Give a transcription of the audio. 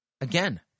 Again